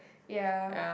ya